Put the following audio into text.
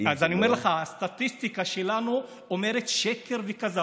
אז אני אומר לך, הסטטיסטיקה שלנו אומרת: שקר וכזב.